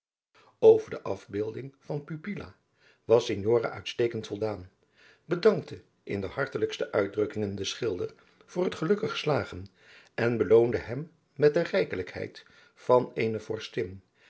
over de afbeelding van pupila was signora uitstekend voldaan bedankte in de hartelijkste uitdrukkingen den schilder voor het gelukkig slagen en beloonde hem met de rijkelijkheid van eene